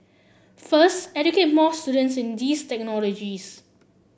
first educate more students in these technologies